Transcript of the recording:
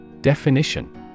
Definition